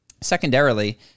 secondarily